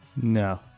no